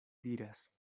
diras